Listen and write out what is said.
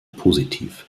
positiv